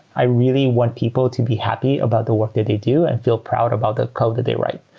i really want people to be happy about the work that they do and feel proud about the code that they write.